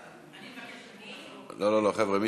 אני מבקש, לא לא, חבר'ה.